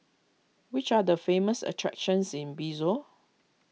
which are the famous attractions in Bissau